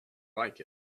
like